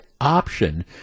option